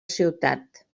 ciutat